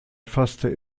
fasste